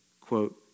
quote